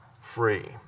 free